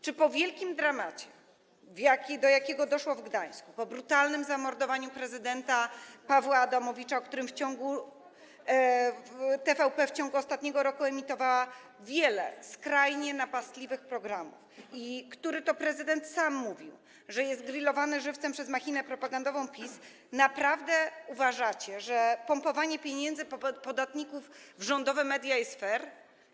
Czy po wielkim dramacie, do jakiego doszło w Gdańsku, po brutalnym zamordowaniu prezydenta Pawła Adamowicza, o którym TVP w ciągu ostatniego roku emitowała wiele skrajnie napastliwych programów i który to prezydent sam mówił, że jest grillowany żywcem przez machinę propagandową PiS, naprawdę uważacie, że pompowanie pieniędzy podatników w rządowe media jest fair?